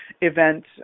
event